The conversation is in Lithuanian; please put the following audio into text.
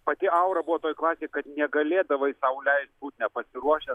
pati aura buvo toj klasėj kad negalėdavai sau leist būt nepasiruošęs